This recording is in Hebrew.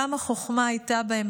כמה חוכמה הייתה בהם,